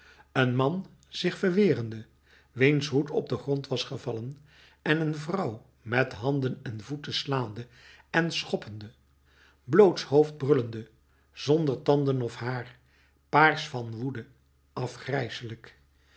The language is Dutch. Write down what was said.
een man zich verwerende wiens hoed op den grond was gevallen en een vrouw met handen en voeten slaande en schoppende blootshoofds brullende zonder tanden of haar paars van woede